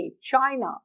China